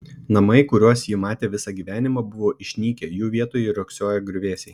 namai kuriuos ji matė visą gyvenimą buvo išnykę jų vietoj riogsojo griuvėsiai